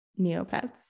Neopets